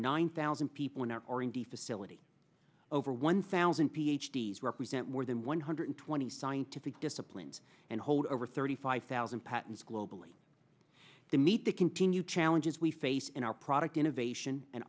nine thousand people in our r and d facility over one thousand ph d s represent more than one hundred twenty scientific disciplines and hold over thirty five thousand patents globally the need to continue challenges we face in our product innovation an